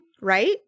right